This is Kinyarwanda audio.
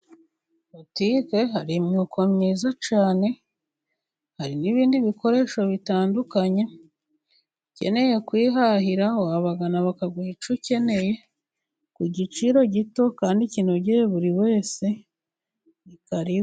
Butike hari imyuko myiza cyane, hari n'ibindi bikoresho bitandukanye. Ukeneye kuyihahiraho wabagana bakaguha icyo ukeneye ku giciro gito, kandi kinogeye buri wese karibu.